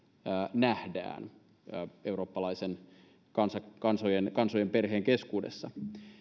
nähdään eurooppalaisen kansojen kansojen perheen keskuudessa